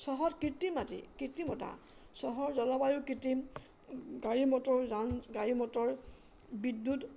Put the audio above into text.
চহৰত কৃত্ৰিমতা চহৰৰ জলবায়ু কৃত্ৰিম গাড়ী মটৰ যান গাড়ী মটৰ বিদ্যুৎ